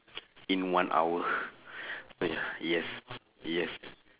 in one hour so ya yes yes